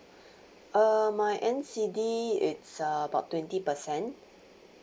uh my N_C_D it's uh about twenty percent